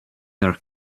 their